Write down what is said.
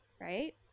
Right